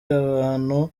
n’abantu